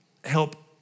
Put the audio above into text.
help